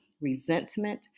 resentment